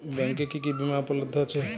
ব্যাংকে কি কি বিমা উপলব্ধ আছে?